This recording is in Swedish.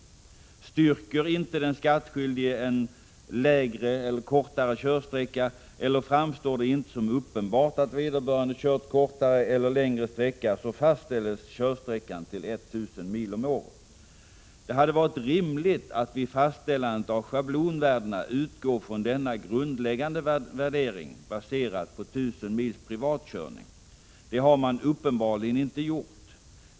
Styrker inte den skattskyldige en kortare körsträcka, eller framstår det inte som uppenbart att vederbörande kört kortare eller längre sträcka, fastställs körsträckan till 1 000 mil om året. Det hade varit rimligt att vid fastställandet av schablonvärdena utgå från denna grundläggande värdering, baserad på 1 000 mils privatkörning. Det har man uppenbarligen inte gjort.